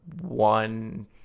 one